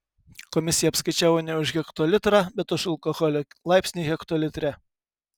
komisija apskaičiavo ne už hektolitrą bet už alkoholio laipsnį hektolitre